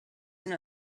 una